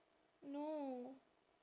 no